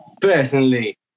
Personally